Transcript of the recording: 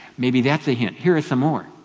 maybe that's a hint. here is some more.